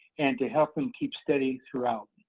and to help them keep steady throughout.